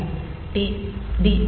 பின்னர் டி